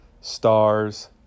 stars